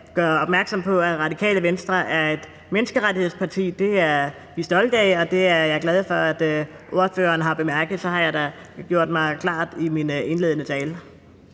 gøre opmærksom på, at Radikale Venstre er et menneskerettighedsparti. Det er vi stolte af, og det er jeg glad for at ordføreren har bemærket. Så har jeg da gjort mig tydelig i min indledende tale.